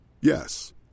Yes